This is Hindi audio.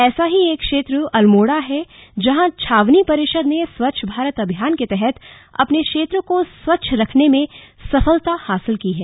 ऐसा ही एक क्षेत्र अल्मोड़ा है जहां छावनी परिषद ने स्वच्छ भारत अभियान के तहत अपने क्षेत्र को स्वच्छ रखने में सफलता हासिल की है